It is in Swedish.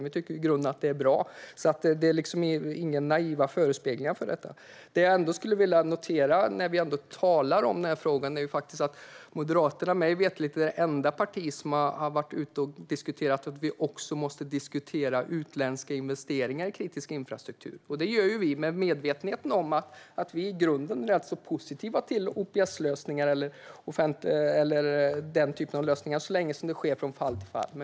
Vi tycker i grunden att det är bra, så det finns inga naiva förespeglingar kring detta. Det jag ändå vill notera när vi talar om denna fråga är att Moderaterna mig veterligen är det enda parti som har varit ute och sagt att vi också måste diskutera utländska investeringar i kritisk infrastruktur. Detta gör vi i medvetenhet om att vi i grunden är rätt så positiva till OPS och den typen av lösningar, så länge det sker från fall till fall.